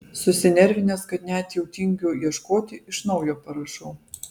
susinervinęs kad net jau tingiu ieškoti iš naujo parašau